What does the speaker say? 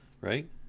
Right